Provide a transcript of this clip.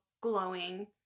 Glowing